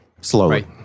Slowly